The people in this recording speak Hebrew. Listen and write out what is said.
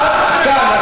עד כאן.